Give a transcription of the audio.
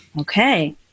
Okay